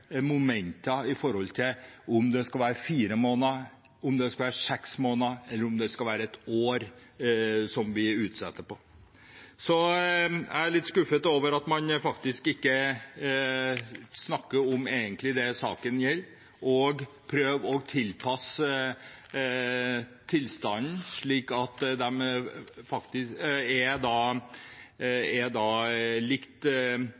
momenter til om det skal være fire måneder, om det skal være seks måneder, eller om det skal være et år som vi utsetter det. Så jeg er litt skuffet over at man faktisk ikke snakker om det saken egentlig gjelder, og prøver å tilpasse tilstanden, slik at man er